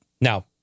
Now